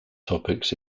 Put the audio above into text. topics